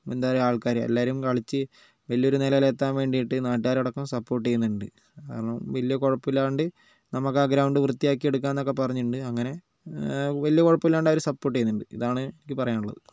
അപ്പം എന്തായാലും ആൾക്കാർ എല്ലാവരും കളിച്ച് വലിയൊരു നിലയിൽ എത്താൻ വേണ്ടിയിട്ട് നാട്ടുകാരടക്കം സപ്പോർട്ട് ചെയ്യുന്നുണ്ട് കാരണം വലിയ കുഴപ്പമില്ലാണ്ട് നമ്മൾക്ക് ആ ഗ്രൗണ്ട് വൃത്തിയാക്കി എടുക്കാമെന്നൊക്കെ പറഞ്ഞിട്ടുണ്ട് അങ്ങനെ വലിയ കുഴപ്പമില്ലാണ്ട് അവർ സപ്പോർട്ട് ചെയ്യുന്നുണ്ട് ഇതാണ് എനിക്ക് പറയാനുള്ളത്